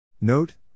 Note